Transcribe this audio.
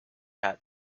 had